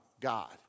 God